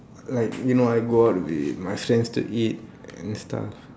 like you know I go out with my friends to eat and stuff